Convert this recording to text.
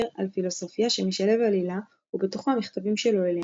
על פילוסופיה שמשלב עלילה ובתוכו המכתבים שלו אליה.